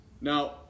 Now